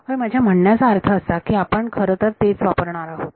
होय माझ्या म्हणण्याचा अर्थ असा की आपण खरं तर तेच वापरणार आहोत